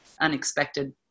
unexpected